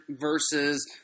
versus